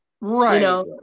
Right